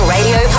Radio